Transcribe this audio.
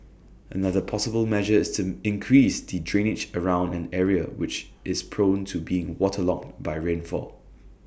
another possible measure is to increase the drainage around an area which is prone to being waterlogged by rainfall